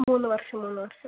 മൂന്ന് വർഷം മൂന്ന് വർഷം